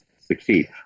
succeed